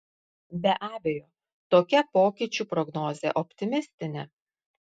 be abejo tokia pokyčių prognozė optimistinė